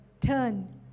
turn